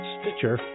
Stitcher